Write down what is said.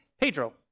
Pedro